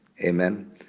Amen